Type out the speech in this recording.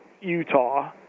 Utah